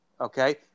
okay